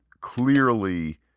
clearly